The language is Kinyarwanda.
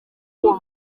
uwo